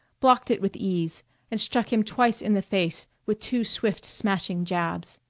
blocked it with ease and struck him twice in the face with two swift smashing jabs.